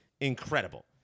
incredible